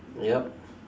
yup